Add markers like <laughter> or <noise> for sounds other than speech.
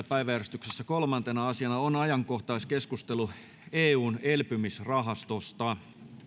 <unintelligible> päiväjärjestyksessä kolmantena asiana on ajankohtaiskeskustelu eun elpymisrahastosta